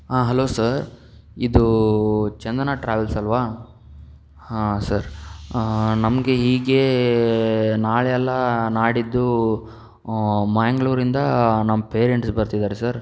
ಹಾಂ hello sir ಇದು Chandana travels ಅಲ್ವಾ ಹಾಂ ಸರ್ ನಮಗೆ ಈಗ ನಾಳೆ ಅಲ್ಲ ನಾಡಿದ್ದು ಮ್ಯಾಂಗಳೂರಿಂದ ನಮ್ಮ ಪೇರೆಂಟ್ಸ್ ಬರ್ತಿದ್ದಾರೆ ಸರ್